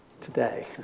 today